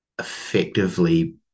effectively